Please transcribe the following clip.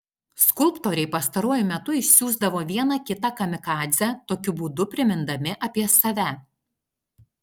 skulptoriai pastaruoju metu išsiųsdavo vieną kitą kamikadzę tokiu būdu primindami apie save